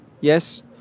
Yes